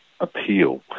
appeal